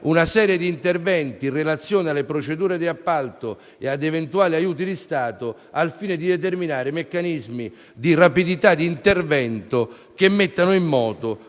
una serie di interventi in relazione alle procedure di appalto e ad eventuali aiuti di Stato, al fine di determinare meccanismi che consentano rapidità d'intervento e che mettano in moto